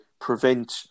prevent